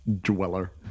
dweller